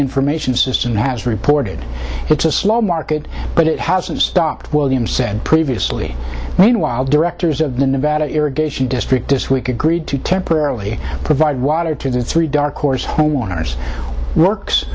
information system has reported it's a small market but it hasn't stopped williams said previously meanwhile directors of the nevada irrigation district this week agreed to temporarily provide water to three darkhorse homeowners works